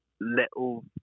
little